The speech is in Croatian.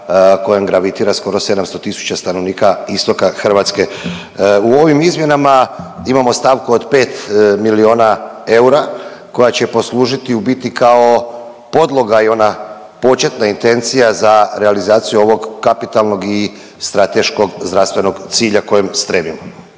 kojem gravitira skoro 700 tisuća stanovnika istoka Hrvatske. U ovim izmjenama imamo stavku od 5 miliona eura koja će poslužiti u biti kao podloga i ona početna intencija za realizaciju ovog kapitalnog i strateškog zdravstvenog cilja kojem stremimo.